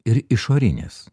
ir išorinės